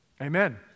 amen